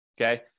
okay